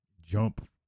jump